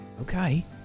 Okay